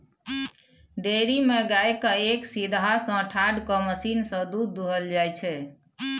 dairy मे गाय केँ एक सीधहा सँ ठाढ़ कए मशीन सँ दुध दुहल जाइ छै